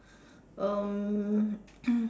um